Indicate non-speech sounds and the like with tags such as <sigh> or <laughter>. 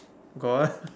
got <laughs>